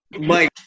Mike